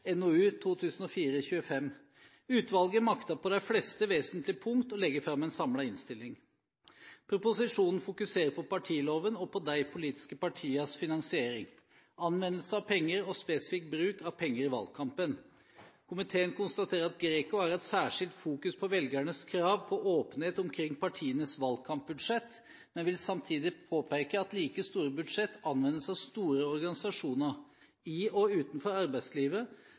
NOU 2004: 25. Utvalget maktet på de fleste vesentlige punkter å legge fram en samlet innstilling. Proposisjonen fokuserer på partiloven og på de politiske partienes finansiering, anvendelse av penger og spesifikk bruk av penger i valgkampen. Komiteen konstaterer at GRECO har et særskilt fokus på velgernes krav på åpenhet omkring partienes valgkampbudsjetter, men vil samtidig påpeke at like store budsjetter anvendes av store organisasjoner i og utenfor arbeidslivet